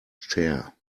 chair